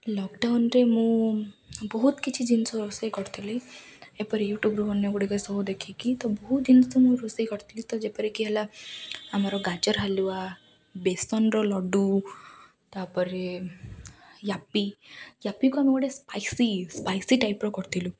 ଲକ୍ଡାଉନ୍ରେ ମୁଁ ବହୁତ କିଛି ଜିନିଷ ରୋଷେଇ କରିଥିଲି ଏପରି ୟୁଟ୍ୟୁବ୍ରୁ ଅନ୍ୟ ଗୁଡ଼ିକ ସୋ ଦେଖିକି ତ ବହୁତ ଜିନିଷ ମୁଁ ରୋଷେଇ କରିଥିଲି ତ ଯେପରିକି ହେଲା ଆମର ଗାଜର ହାଲୁଆ ବେସନର ଲଡ଼ୁ ତା'ପରେ ୟିପି ୟିପିକୁ ଆମେ ଗୋଟେ ସ୍ପାଇସି ସ୍ପାଇସି ଟାଇପ୍ର କରିଥିଲୁ